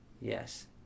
yes